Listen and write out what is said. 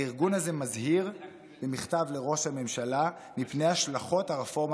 הארגון הזה מזהיר במכתב לראש הממשלה מפני השלכות הרפורמה